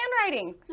handwriting